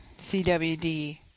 CWD